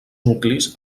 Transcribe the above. nuclis